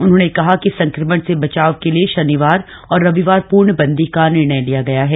उन्होंने कहा कि संक्रमण से बचाव के लिए शनिवार और रविवार पूर्णबन्दी का निर्णय लिया गया है